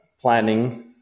planning